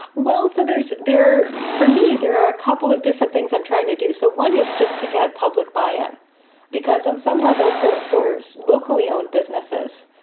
well, so there's there for me, there are a couple of different things i'm trying to do. so one is just to get public buy-in because on some level for four years, locally owned businesses,